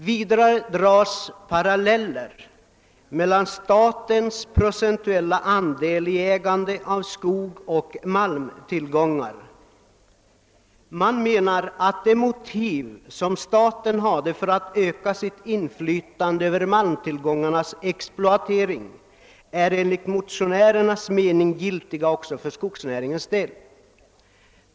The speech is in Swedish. Vidare dras en parallell mellan statens andel av skogarna och av malmtillgångarna. De skäl som staten hade för att öka sitt inflytande över malmtillgångarnas exploatering är enligt motionärernas mening giltiga också för skogsnäringens del.